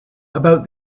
about